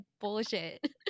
bullshit